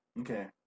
Okay